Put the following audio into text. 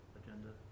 agenda